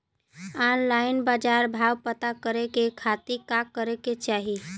Online बाजार भाव पता करे के खाती का करे के चाही?